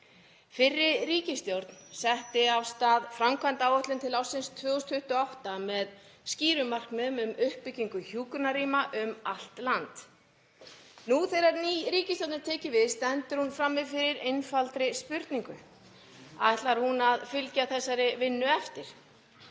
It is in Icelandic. Fyrri ríkisstjórn setti af stað framkvæmdaáætlun til ársins 2028 með skýrum markmiðum um uppbyggingu hjúkrunarrýma um allt land. Nú þegar ný ríkisstjórn er tekin við stendur hún frammi fyrir einfaldri spurningu: Ætlar hún að fylgja þessari vinnu eftir?